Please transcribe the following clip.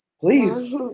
Please